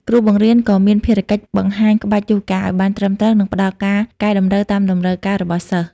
គ្រូបង្រៀនក៏មានភារកិច្ច បង្ហាញក្បាច់យូហ្គាឱ្យបានត្រឹមត្រូវ និងផ្តល់ការកែតម្រូវតាមតម្រូវការរបស់សិស្ស។